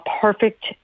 perfect